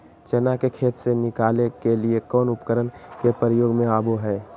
चना के खेत से निकाले के लिए कौन उपकरण के प्रयोग में आबो है?